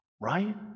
right